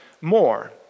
more